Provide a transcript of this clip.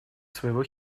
своего